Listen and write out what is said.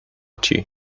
chi